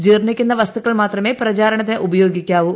ജീർണ്ണിക്കുന്ന വസ്തുക്കൾ മാത്രമേ പ്രചാരണത്തിന് ഉപയോഗിക്കാവൂ